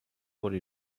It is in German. wurde